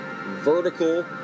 vertical